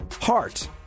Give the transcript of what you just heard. Heart